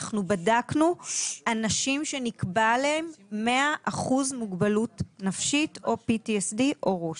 אנחנו בדקנו אנשים שנקבע להם 100% מוגבלות או PTSD או ראש.